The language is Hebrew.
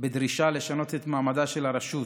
בדרישה לשנות את מעמדה של הרשות